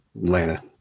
Atlanta